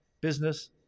business